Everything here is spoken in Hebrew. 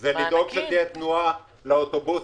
זה לדאוג שתהיה תנועה לאוטובוסים,